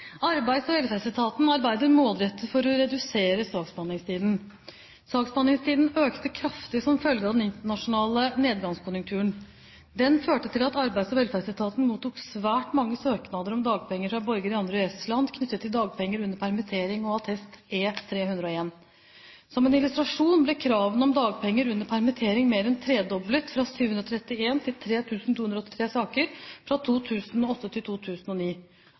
Arbeids- og velferdsetaten arbeider målrettet for å redusere saksbehandlingstiden. Saksbehandlingstiden økte kraftig som følge av den internasjonale nedgangskonjunkturen. Den førte til at Arbeids- og velferdsetaten mottok svært mange søknader om dagpenger fra borgere i andre EØS-land knyttet til dagpenger under permittering og attest E-301. Som en illustrasjon ble kravene om dagpenger under permittering mer enn tredoblet, fra 731 til 3 283 saker, fra 2008 til 2009.